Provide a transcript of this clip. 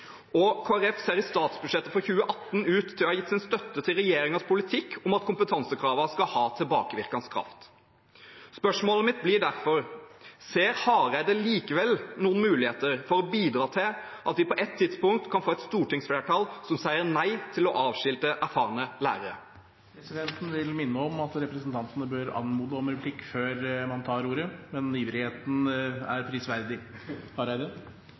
Kristelig Folkeparti ser i statsbudsjettet for 2018 ut til å ha gitt sin støtte til regjeringens politikk om at kompetansekravene skal ha tilbakevirkende kraft. Spørsmålet mitt blir derfor: Ser representanten Hareide likevel noen mulighet til å bidra til at vi på et tidspunkt kan få et stortingsflertall som sier nei til å avskilte erfarne lærere? Presidenten vil minne om at representantene bør anmode om replikk før man tar ordet – men iveren er prisverdig.